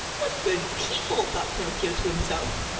what good people, thought pinocchio to himself.